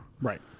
Right